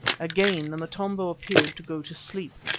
again the motombo appeared to go to sleep,